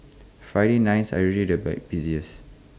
Friday nights are usually the bay busiest